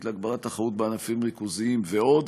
להגברת התחרות בענפים ריכוזיים ועוד.